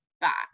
back